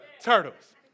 Turtles